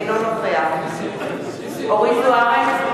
נגד אורית זוארץ,